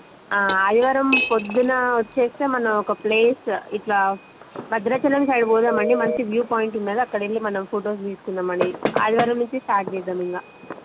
ఆదివారం పొద్దున్న వస్తే మనం ఒక ప్లేస్ ఇలా భద్రాచలం సైడ్ పోదామండి మంచి వ్యూ పాయింట్ ఉన్నాది అక్కడికి వెళ్ళి మనం ఫొటోస్ తీసుకుందామండీ ఆదివారం నుంచి స్టార్ట్ చేద్దాం ఇంక